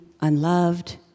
unloved